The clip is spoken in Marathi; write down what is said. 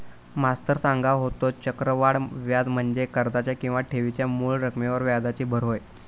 मास्तर सांगा होतो, चक्रवाढ व्याज म्हणजे कर्जाच्या किंवा ठेवीच्या मूळ रकमेवर व्याजाची भर होय